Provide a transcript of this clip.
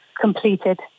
completed